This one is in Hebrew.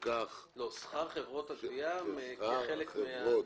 שכר חברות הגבייה כחלק מן הגבייה.